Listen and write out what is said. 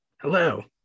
Hello